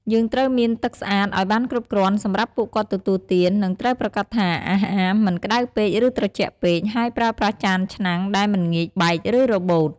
យើងត្រូវមានទឹកស្អាតឲ្យបានគ្រប់គ្រាន់សម្រាប់ពួកគាត់ទទួលទាន និងត្រូវប្រាកដថាអាហារមិនក្តៅពេក ឬត្រជាក់ពេក ហើយប្រើប្រាស់ចានឆ្នាំងដែលមិនងាយបែក ឬរបូត។